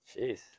Jeez